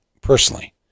personally